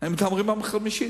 והם מדברים על חמישית.